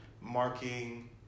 marking